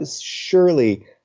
surely